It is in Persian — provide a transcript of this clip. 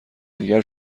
دیگر